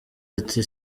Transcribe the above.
ati